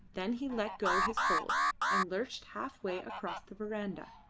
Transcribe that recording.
then he let go his hold and lurched half-way across the verandah.